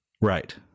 Right